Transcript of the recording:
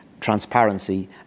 transparency